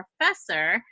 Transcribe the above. professor